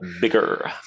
bigger